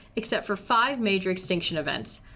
except for five major extinction events,